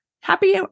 happy